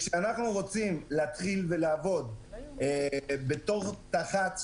כשאנחנו רוצים להתחיל לעבוד בתור תח"צ,